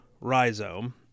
rhizome